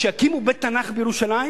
שיקימו בית תנ"ך בירושלים,